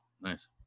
nice